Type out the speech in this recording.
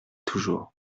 toujours